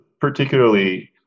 particularly